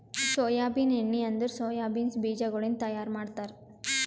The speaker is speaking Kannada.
ಸೋಯಾಬೀನ್ ಎಣ್ಣಿ ಅಂದುರ್ ಸೋಯಾ ಬೀನ್ಸ್ ಬೀಜಗೊಳಿಂದ್ ತೈಯಾರ್ ಮಾಡ್ತಾರ